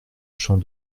champ